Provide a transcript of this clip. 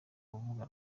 rubuga